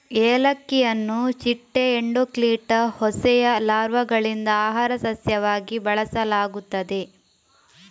ಏಲಕ್ಕಿಯನ್ನು ಚಿಟ್ಟೆ ಎಂಡೋಕ್ಲಿಟಾ ಹೋಸೆಯ ಲಾರ್ವಾಗಳಿಂದ ಆಹಾರ ಸಸ್ಯವಾಗಿ ಬಳಸಲಾಗುತ್ತದೆ